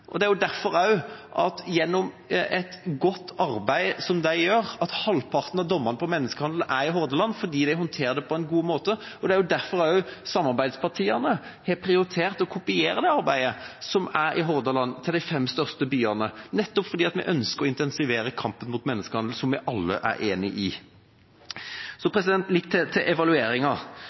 Det er derfor – gjennom det gode arbeidet gruppen gjør – halvparten av dommene for menneskehandel er i Hordaland, fordi de håndterer det på en god måte. Det er også derfor samarbeidspartiene har prioritert å kopiere det arbeidet som gjøres i Hordaland, til de fem største byene, fordi vi ønsker å intensivere kampen mot menneskehandel, som vi alle er enige om. Så litt til evalueringa.